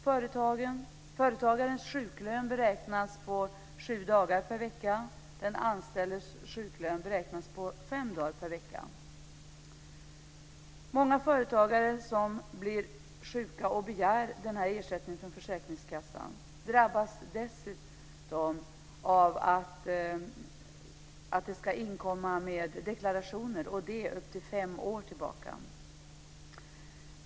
Företagarens sjuklön beräknas på sju dagar per vecka, och den anställdes sjuklön beräknas på fem dagar per vecka. Många företagare som blir sjuka och begär ersättning från försäkringskassan drabbas dessutom av att de ska inkomma med deklarationer, från upp till fem år tillbaka.